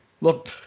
Look